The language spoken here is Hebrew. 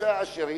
ששם העשירים,